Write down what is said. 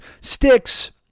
sticks